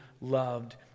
loved